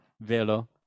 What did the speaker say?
Velo